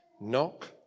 Knock